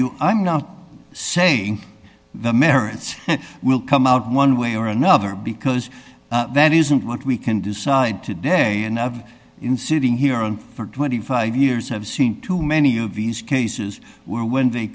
you i'm not saying the merits will come out one way or another because that isn't what we can decide today and i've been sitting here for twenty five years have seen too many of these cases where when they